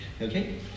Okay